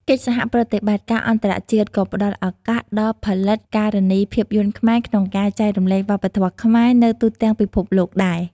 កិច្ចសហប្រតិបត្តិការអន្តរជាតិក៏ផ្តល់ឱកាសដល់ផលិតការនីភាពយន្តខ្មែរក្នុងការចែករំលែកវប្បធម៌ខ្មែរនៅទូទាំងពិភពលោកដែរ។